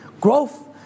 growth